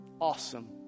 awesome